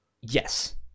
Yes